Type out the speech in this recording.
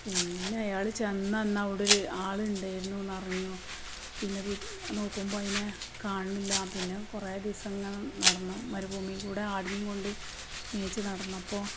പിന്നയാള് ചെന്നന്നവിടൊരു ആളിണ്ടായിര്ന്നു എന്നറിഞ്ഞു പിന്നെ നോക്കുമ്പോള് അതിനെ കാണണില്ല പിന്നെ കുറേ ദിവസം ഇങ്ങനെ നടന്ന് മരുഭൂമീക്കൂടെ ആടിനെയും കൊണ്ട് മേച്ച് നടന്നപ്പോള്